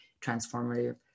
transformative